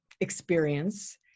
experience